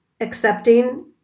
Accepting